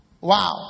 wow